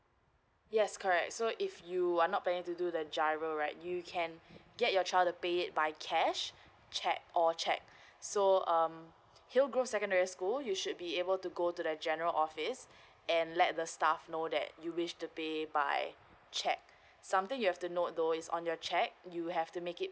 yes correct so if you are not paying to do the giro right you can get your child to pay it by cash cheque or cheque so um hilgrove secondary school you should be able to go to the general office and let the staff know that you wish to pay by cheque something you have to know though is on your cheque you have to make it